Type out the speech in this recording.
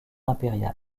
impériale